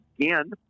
again